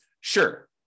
Sure